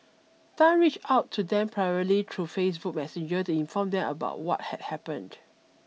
Tan reached out to them privately through Facebook Messenger to inform them about what had happened